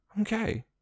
Okay